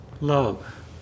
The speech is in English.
love